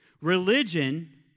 Religion